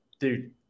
Dude